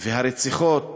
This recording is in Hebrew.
והרציחות